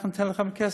אנחנו ניתן לכם כסף,